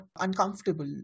uncomfortable